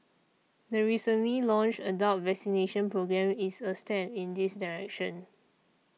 the recently launched adult vaccination programme is a step in this direction